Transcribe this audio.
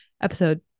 episode